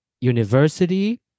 university